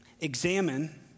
Examine